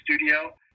studio